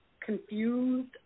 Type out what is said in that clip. confused